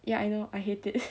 ya I know I hate it